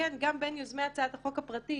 שכן גם בין יוזמי הצעת החוק הפרטית